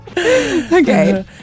Okay